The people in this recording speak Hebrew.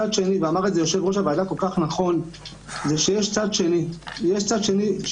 יש צד שני,